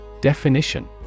Definition